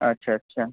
আচ্ছা আচ্ছা